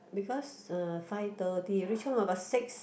because uh five thirty you reach home about six